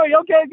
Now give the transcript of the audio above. okay